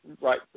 right